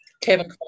Kevin